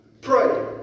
Pray